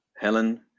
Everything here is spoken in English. Helen